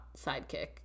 sidekick